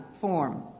form